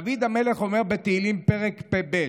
דוד המלך אומר בתהילים, פרק פ"ב: